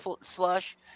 slush